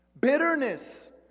Bitterness